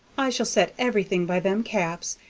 i shall set everything by them caps,